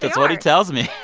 what he tells me.